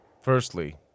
Firstly